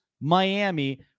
Miami